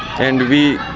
and we